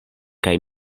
kaj